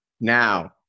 Now